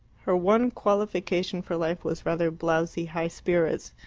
her one qualification for life was rather blowsy high spirits,